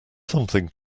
something